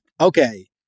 Okay